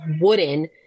wooden